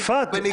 יפעת, יפעת.